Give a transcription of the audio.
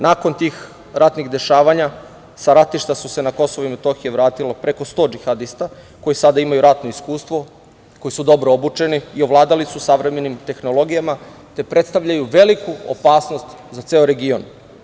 Nakon tih ratnih dešavanja, sa ratišta su se na KiM vratilo preko 100 džihadista koji sada imaju ratno iskustvo, koji su dobro obučeni i ovladali su savremenim tehnologijama, te predstavljaju veliku opasnost za ceo region.